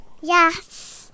Yes